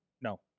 No